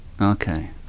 Okay